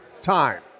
time